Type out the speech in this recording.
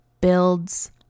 builds